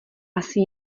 asi